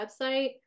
website